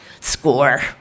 Score